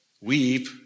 Weep